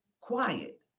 quiet